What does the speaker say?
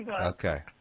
Okay